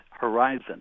horizon